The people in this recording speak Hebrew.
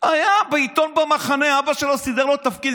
היה בעיתון במחנה, אבא שלו סידר לו תפקיד.